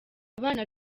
abana